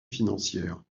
financières